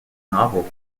novel